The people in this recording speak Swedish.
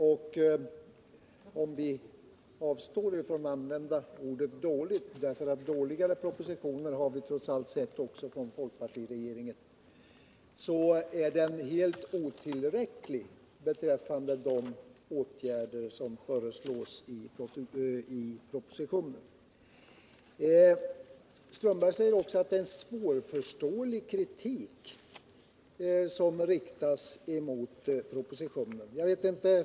Om jag avstår från att använda ordet ”dålig”, därför att sämre propositioner har vi trots allt sett också från folkpartiregeringen, vill jag ändå säga att de åtgärder som föreslås i propositionen är helt otillräckliga. Karl-Erik Strömberg säger också att det är en svårförståelig kritik som riktas mot propositionen.